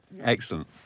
Excellent